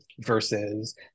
versus